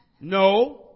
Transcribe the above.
No